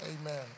Amen